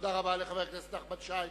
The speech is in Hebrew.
תודה רבה לחבר הכנסת נחמן שי.